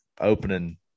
opening